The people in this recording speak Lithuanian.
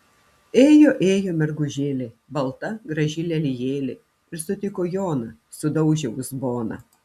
ėjo ėjo mergužėlė balta graži lelijėlė ir sutiko joną sudaužė uzboną